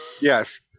Yes